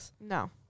no